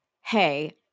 hey